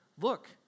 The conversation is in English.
Look